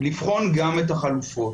לבחון גם את החלופות.